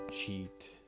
cheat